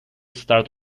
start